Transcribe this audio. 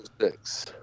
six